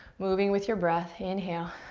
moving with your breath. inhale.